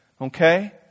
Okay